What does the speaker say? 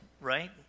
right